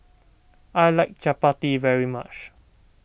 I like Chapati very much